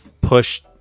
push